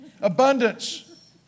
Abundance